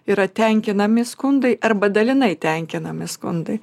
yra tenkinami skundai arba dalinai tenkinami skundai